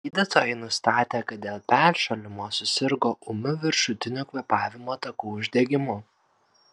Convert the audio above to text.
gydytojai nustatė kad dėl peršalimo susirgo ūmiu viršutinių kvėpavimo takų uždegimu